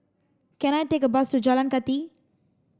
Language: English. can I take a bus to Jalan Kathi